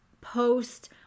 post